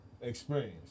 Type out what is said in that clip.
experience